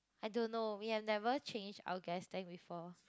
I don't know we have never changed our gas tank before